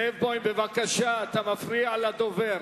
בבקשה, אתה מפריע לדובר.